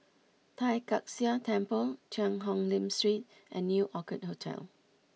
Tai Kak Seah Temple Cheang Hong Lim Street and New Orchid Hotel